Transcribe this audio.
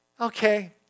Okay